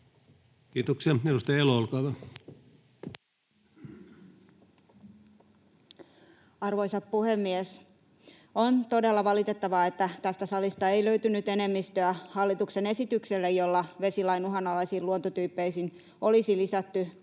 muuttamisesta Time: 13:56 Content: Arvoisa puhemies! On todella valitettavaa, että tästä salista ei löytynyt enemmistöä hallituksen esitykselle, jolla vesilain uhanalaisiin luontotyyppeihin olisi lisätty kalkkilammet,